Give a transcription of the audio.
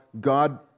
God